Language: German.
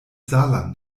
saarland